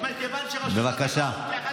רשות התחרות הביאה,